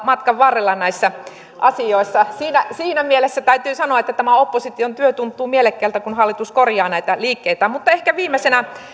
matkan varrella näissä asioissa siinä siinä mielessä täytyy sanoa että tämä opposition työ tuntuu mielekkäältä kun hallitus korjaa näitä liikkeitään mutta ehkä viimeisenä